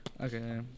Okay